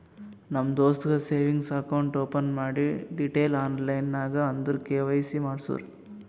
ನಮ್ ದೋಸ್ತಗ್ savings account open ಮಾಡಿ ಡೀಟೈಲ್ಸ್ ಆನ್ಲೈನ್ ನಾಗ್ ಅಂದುರ್ ಕೆ.ವೈ.ಸಿ ಮಾಡ್ಸುರು